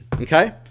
okay